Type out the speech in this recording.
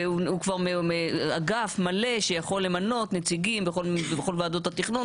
הוא כבר אגף מלא שיכול למנות נציגים בכל ועדות התכנון